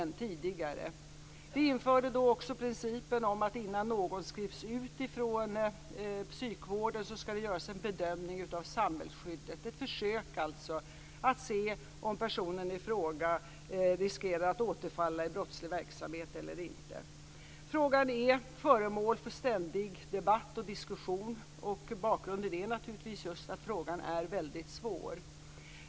Vi införde då också principen om att det innan någon skrivs ut från psykvården skall göras en bedömning av samhällsskyddet. Det är alltså ett försök att se om personen i fråga riskerar att återfalla i brottslig verksamhet eller inte. Frågan är föremål för ständig debatt och diskussion. Bakgrunden är naturligtvis just att frågan är väldigt svår.